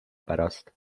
pärast